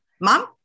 mom